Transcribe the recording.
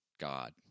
God